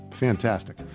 fantastic